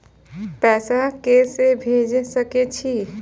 पैसा के से भेज सके छी?